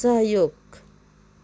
सहयोग